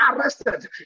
arrested